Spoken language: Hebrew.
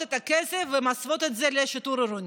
את הכסף ומסיבות את זה לשיטור עירוני.